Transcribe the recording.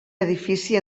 edifici